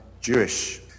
Jewish